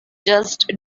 just